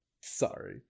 Sorry